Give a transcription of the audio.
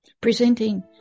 presenting